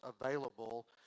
available